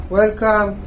welcome